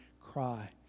cry